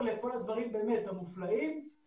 כמו חברות חשמל,